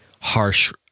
harsh